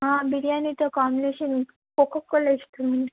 బిర్యానీతో combination Coca Cola ఇస్తామండి